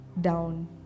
down